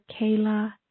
Kayla